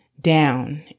down